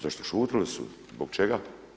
Zašto šutjeli su, zbog čega?